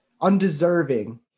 undeserving